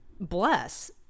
Bless